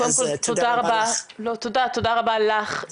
תודה רבה לך.